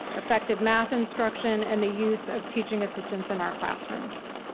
effective math instruction, and the use of teaching assistants in our classrooms.